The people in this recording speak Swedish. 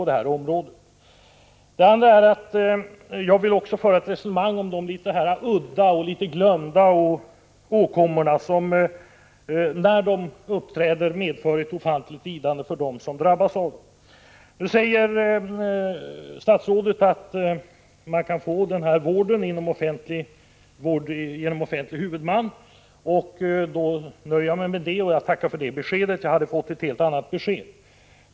Det andra skälet är att jag vill få ett resonemang om de udda och litet glömda åkommorna som när de uppträder medför ett ofantligt lidande för dem som drabbas. Statsrådet säger att man kan få denna vård genom offentlig huvudman, och jag tackar för det beskedet — jag hade fått ett helt annat.